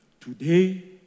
Today